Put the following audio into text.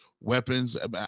weapons